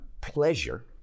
pleasure